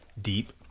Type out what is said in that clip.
deep